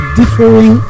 differing